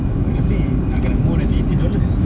dah lebih nak kena more than eighteen dollars